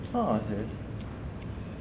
a'ah [sial]